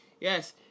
Yes